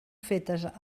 fetes